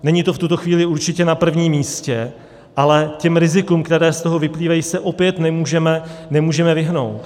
Není to v tuto chvíli určitě na prvním místě, ale těm rizikům, která z toho vyplývají, se opět nemůžeme vyhnout.